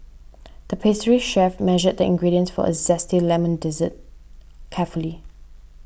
the pastry chef measured the ingredients for a Zesty Lemon Dessert carefully